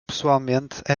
pessoalmente